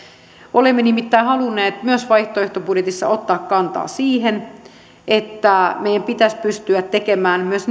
olemme nimittäin halunneet myös vaihtoehtobudjetissa ottaa kantaa siihen että meidän pitäisi pystyä tekemään myös